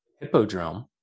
hippodrome